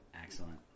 excellent